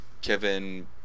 Kevin